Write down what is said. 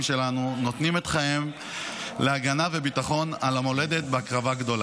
שלנו נותנים את חייהם להגנה על המולדת ולביטחונה